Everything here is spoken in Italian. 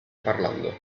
parlando